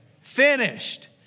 finished